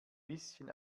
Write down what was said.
bisschen